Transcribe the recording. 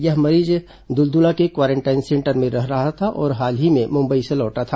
यह मरीज दुलदुला के क्वारेंटाइन सेंटर में रह रहा था और हाल ही में मुंबई से लौटा था